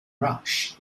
rush